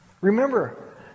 Remember